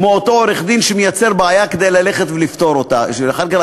כמו אותו עורך-דין שמייצר בעיה כדי לפתור אותה ולומר אחר כך: